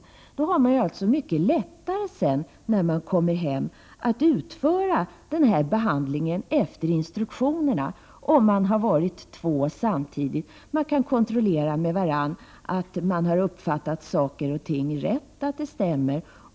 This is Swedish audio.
Om båda föräldrarna har varit med samtidigt kan de sedan när de kommer hem mycket lättare utföra behandlingen efter instruktionerna. De kan då kontrollera med varandra att de har uppfattat saker och ting rätt och att det stämmer.